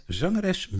zangeres